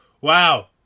Wow